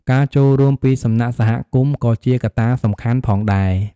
ការចូលរួមពីសំណាក់សហគមន៍ក៏ជាកត្តាសំខាន់ផងដែរ។